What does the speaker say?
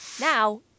Now